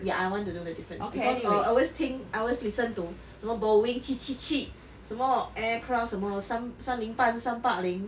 ya I want to know the difference because I always think I always listen to 怎么 boeing 七七七什么 aircraft 什么三零八还是三八零